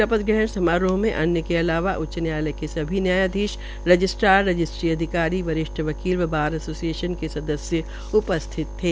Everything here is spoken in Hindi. शपथ ग्रहण समारोह में अन्य के अलावा उच्च न्यायालय के सभी न्यायाधीश रजिस्ट्रार रजिस्ट्री अधिकारी वरिष्ठ वकील व बार एसोसिएशन के सदस्य शामिल थे